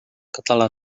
català